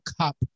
cup